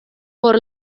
por